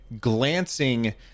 glancing